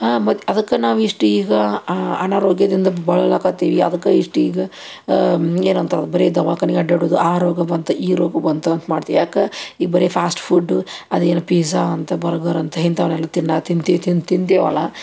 ಮತ್ತು ಅದಕ್ಕೆ ನಾವು ಇಷ್ಟು ಈಗ ಅನಾರೋಗ್ಯದಿಂದ ಬಳಲಕ್ಕತ್ತೀವಿ ಅದಕ್ಕೆ ಇಷ್ಟು ಈಗ ಏನು ಅಂತಾರೆ ಬರಿ ದವಾಖಾನೆ ಅಡ್ಡಾಡೋದು ಆ ರೋಗ ಬಂತು ಈ ರೋಗ ಬಂತು ಅಂತ ಮಾಡ್ತೀವಿ ಯಾಕೆ ಈ ಬರೀ ಫಾಸ್ಟ್ ಫುಡ್ಡು ಅದೇನೋ ಪಿಝ ಅಂತೆ ಬರ್ಗರ್ ಅಂತೆ ಇಂಥವನ್ನೆಲ್ಲ ತಿನ್ನ ತಿಂತಿ ತಿಂತೀವಲ್ಲ